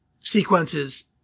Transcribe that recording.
sequences